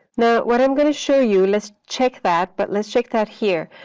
now, what i'm going to show you, let's check that, but let's check that here,